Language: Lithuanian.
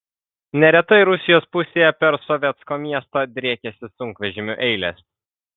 neretai rusijos pusėje per sovetsko miestą driekiasi sunkvežimių eilės